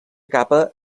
capa